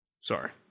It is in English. Sorry